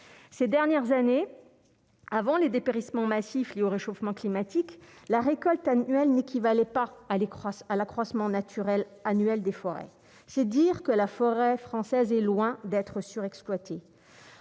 ces dernières années, avant les dépérissements massifs liés au réchauffement climatique, la récolte annuelle n'équivalait pas à l'grâce à l'accroissement naturel annuel des forêts, c'est dire que la forêt française est loin d'être surexploités